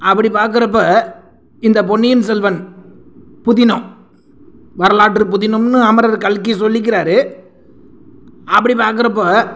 அப்படி பார்க்குறப்ப இந்த பொன்னியின் செல்வன் புதினம் வரலாற்று புதினம்னு அமரர் கல்கி சொல்லிக்கிறாரு அப்படி பார்க்குறப்போ